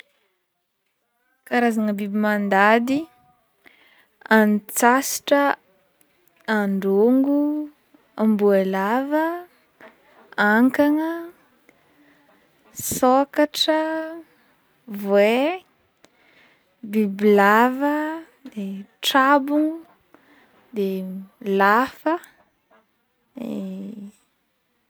Karazagna biby mandady antsasatra, androngo, amboalava, ankagna, sôkatra, voay, bibilava, de trabo, de lafa.